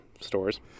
stores